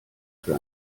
für